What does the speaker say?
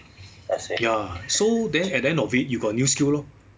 ya so then at the end of it you got new skill lor